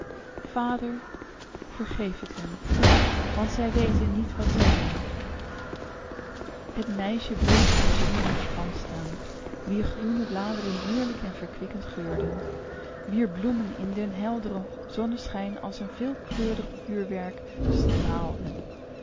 vader vergeef het hun want zij weten niet wat zij doen het meisje bleef voor de zonderlinge plant staan wier groene bladeren heerlijk en verkwikkend geurden wier bloemen in den helderen zonneschijn als een veelkleurig vuurwerk straalden